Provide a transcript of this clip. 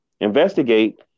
investigate